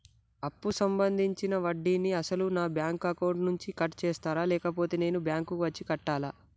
అప్పు సంబంధించిన వడ్డీని అసలు నా బ్యాంక్ అకౌంట్ నుంచి కట్ చేస్తారా లేకపోతే నేను బ్యాంకు వచ్చి కట్టాలా?